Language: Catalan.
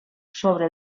sobre